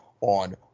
on